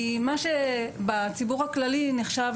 כי מה שבציבור הכללי נחשב